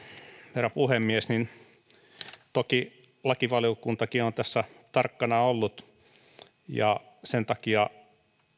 herra puhemies toki lakivaliokuntakin on tässä tarkkana ollut ja sen takia